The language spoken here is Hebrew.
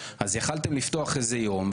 אז יכולתם לפתוח איזה יום,